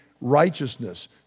righteousness